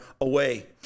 away